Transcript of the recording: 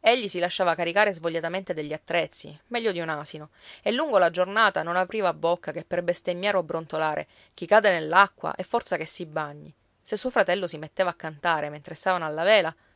egli si lasciava caricare svogliatamente degli attrezzi meglio di un asino e lungo la giornata non apriva bocca che per bestemmiare o brontolare chi cade nell'acqua è forza che si bagni se suo fratello si metteva a cantare mentre stavano alla vela